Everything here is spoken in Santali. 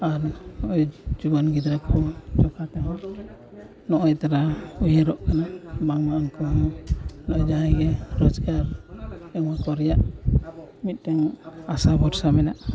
ᱟᱨ ᱡᱩᱣᱟᱹᱱ ᱜᱤᱫᱽᱨᱟᱹ ᱠᱚ ᱚᱱᱠᱟ ᱛᱮᱦᱚᱸ ᱱᱚᱜᱼᱚᱭ ᱛᱚᱨᱟ ᱩᱭᱦᱟᱹᱨᱚᱜ ᱠᱟᱱᱟ ᱵᱟᱝᱢᱟ ᱩᱱᱠᱩ ᱦᱚᱸ ᱡᱟᱦᱟᱸᱭ ᱜᱮ ᱨᱳᱡᱽᱜᱟᱨ ᱮᱢ ᱦᱚᱴᱚ ᱨᱮᱭᱟᱜ ᱢᱤᱫᱴᱟᱹᱱ ᱟᱥᱟ ᱵᱷᱚᱨᱥᱟ ᱢᱮᱱᱟᱜᱼᱟ